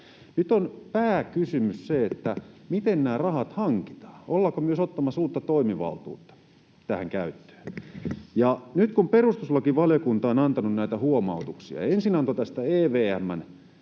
Nyt on pääkysymys se, miten nämä rahat hankitaan, ollaanko myös ottamassa uutta toimivaltuutta tähän käyttöön. Nyt perustuslakivaliokunta on antanut näitä huomautuksia: Ensin antoi tästä EVM:n